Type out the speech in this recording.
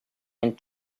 and